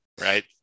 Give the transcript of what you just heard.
right